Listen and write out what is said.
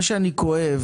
מה שאני כואב,